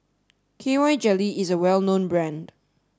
K Y Jelly is a well known brand